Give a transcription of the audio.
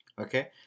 Okay